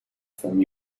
from